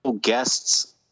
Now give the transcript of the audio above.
guests